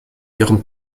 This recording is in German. ihrem